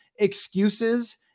excuses